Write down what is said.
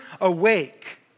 awake